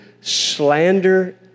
slander